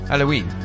Halloween